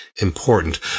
important